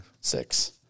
Six